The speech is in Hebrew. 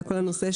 היה של אחריות,